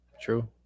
true